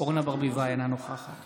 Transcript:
אורנה ברביבאי, אינה נוכחת